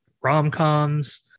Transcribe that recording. rom-coms